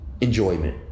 enjoyment